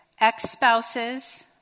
ex-spouses